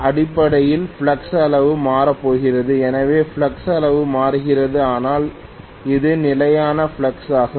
அடிப்படையில் ஃப்ளக்ஸ் அளவு மாறப்போகிறது எனவே ஃப்ளக்ஸ் அளவு மாறுகிறது ஆனால் அது நிலையான ஃப்ளக்ஸ் ஆகும்